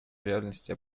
реальности